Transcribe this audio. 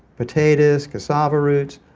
potatoes casaba roots,